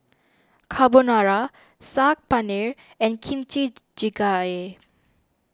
Carbonara Saag Paneer and Kimchi Jjigae